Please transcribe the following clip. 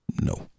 no